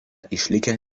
išlikę